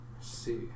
See